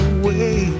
away